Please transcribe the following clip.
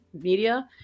media